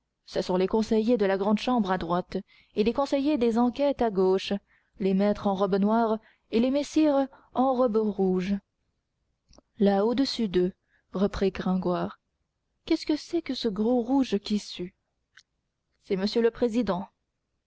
ce sont les conseillers de la grand'chambre à droite et les conseillers des enquêtes à gauche les maîtres en robes noires et les messires en robes rouges là au-dessus d'eux reprit gringoire qu'est-ce que c'est que ce gros rouge qui sue c'est monsieur le président